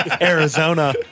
Arizona